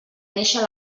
néixer